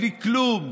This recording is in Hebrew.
בלי כלום.